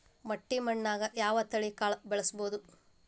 ಮಟ್ಟಿ ಮಣ್ಣಾಗ್, ಯಾವ ತಳಿ ಕಾಳ ಬೆಳ್ಸಬೋದು?